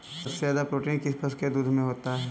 सबसे ज्यादा प्रोटीन किस पशु के दूध में होता है?